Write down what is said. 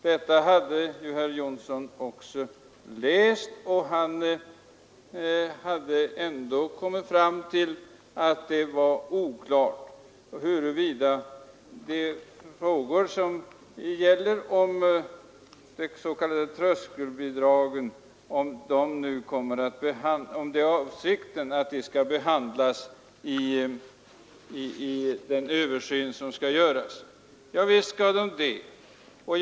Detta hade ju herr Jonsson också läst, men han hade ändå kommit fram till att det var oklart huruvida avsikten är att frågan om de s.k. tröskelbidragen skall behandlas vid den översyn som skall göras. Visst skall de det.